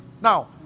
Now